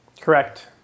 Correct